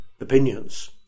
opinions